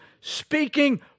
speaking